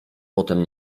potem